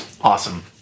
Awesome